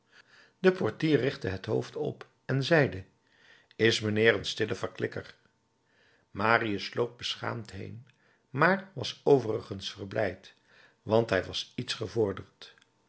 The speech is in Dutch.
de portier richtte het hoofd op en zeide is mijnheer een stille verklikker marius sloop beschaamd heen maar was overigens verblijd want hij was iets gevorderd